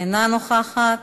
אינה נוכחת,